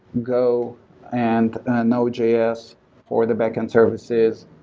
go and node js for the backend services,